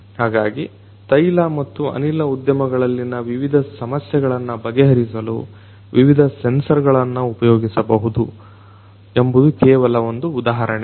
ಹಾಗಾಗಿ ತೈಲ ಮತ್ತು ಅನಿಲ ಉದ್ಯಮಗಳಲ್ಲಿನ ವಿವಿಧ ಸಮಸ್ಯೆಗಳನ್ನು ಬಗೆಹರಿಸಲು ವಿವಿಧ ಸೆನ್ಸರ್ ಗಳನ್ನ ಉಪಯೋಗಿಸಬಹುದು ಎಂಬುದು ಕೇವಲ ಒಂದು ಉಧಾಹರಣೆ